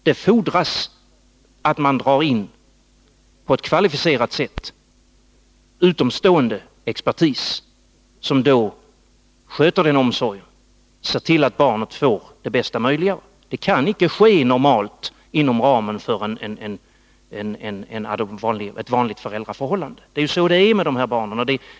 Det fordras att man anlitar en kvalificerad utomstående expertis som sköter denna omsorg och ser till att barnet får bästa möjliga vård. Detta kan inte normalt ske inom ramen för ett vanligt föräldraförhållande — det är så med dessa barn.